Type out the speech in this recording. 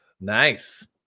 Nice